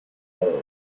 role